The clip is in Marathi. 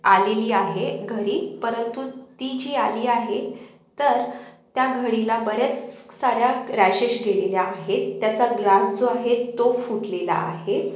आलेली आहे घरी परंतु ती जी आली आहे तर त्या घडीला बऱ्याच साऱ्या क्रॅशेस गेलेल्या आहे त्याचा ग्लास जो आहे तो फुटलेला आहे